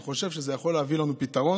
אני חושב שזה יכול להביא לנו פתרון,